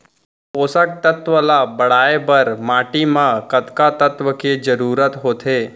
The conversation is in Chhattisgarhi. पोसक तत्व ला बढ़ाये बर माटी म कतका तत्व के जरूरत होथे?